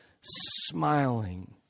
smiling